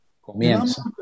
comienza